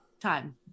time